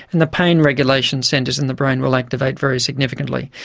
and the pain regulation centres in the brain will activate very significantly.